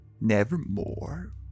Nevermore